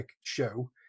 show